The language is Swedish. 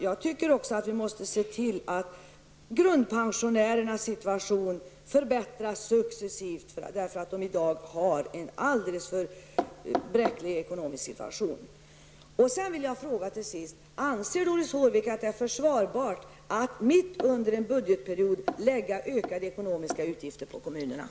Jag tycker att vi också måste se till att grundpensionärernas situation förbättras successivt, eftersom deras ekonomi i dag är alldeles för bräcklig. Till sist vill jag fråga: Anser Doris Håvik att det är försvarbart att mitt under en budgetperiod belasta kommunerna med ökade utgifter?